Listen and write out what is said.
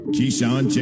Keyshawn